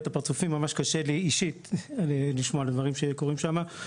את הפרצופים וממש קשה לי אישית לשמוע על דברים שקורים שם.